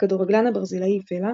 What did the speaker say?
הכדורגלן הברזילאי פלה,